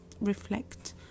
reflect